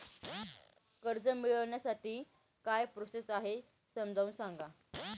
कर्ज मिळविण्यासाठी काय प्रोसेस आहे समजावून सांगा